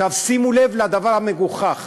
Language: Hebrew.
שימו לב לדבר המגוחך.